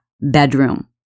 bedroom